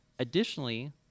Additionally